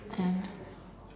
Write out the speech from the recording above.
and